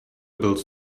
bills